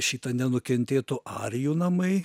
šita nenukentėtų arijų namai